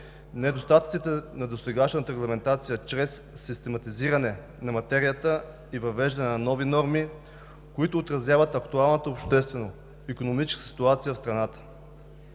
недостатъците на досегашната регламентация чрез систематизиране на материята и въвеждане на нови норми, които отразяват актуалната обществено-икономическа ситуация в страната“.